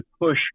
push